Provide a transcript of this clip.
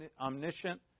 omniscient